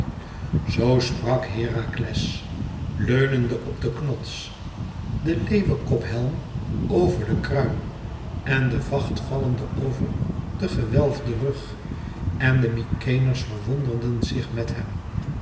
zoo sprak herakles leunende op den knots den leeuwenkophelm over den kruin en de vacht vallende over den gewelfden rug en de mykenæërs verwonderden zich mèt hem